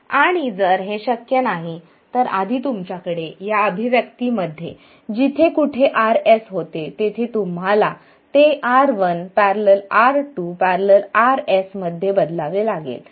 आणि जर हे शक्य नाही तर आधी तुमच्याकडे या अभिव्यक्ती मध्ये जिथे कुठे Rs होते तेथे तुम्हाला ते R1 ।। R2 ।। Rs मध्ये बदलावे लागेल